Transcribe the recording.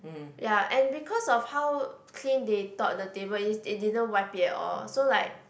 ya and because of how clean they thought the table is they didn't wipe it at all so like